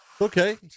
Okay